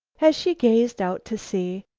as she gazed out to sea,